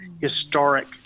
Historic